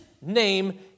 name